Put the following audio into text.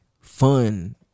fun